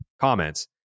comments